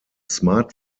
smart